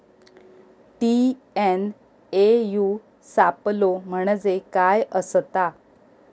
TNAU सापलो म्हणजे काय असतां?